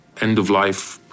end-of-life